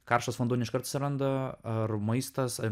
karštas vanduo ne iškart atsiranda ar maistas ar